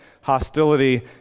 hostility